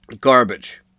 Garbage